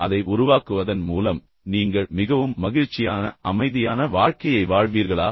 அதை உருவாக்குவதன் மூலம் நீங்கள் மிகவும் மகிழ்ச்சியான அமைதியான வாழ்க்கையை வாழ்வீர்களா